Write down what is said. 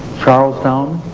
charlestown,